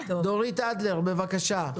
ד"ר דורית אדלר, בבקשה.